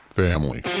family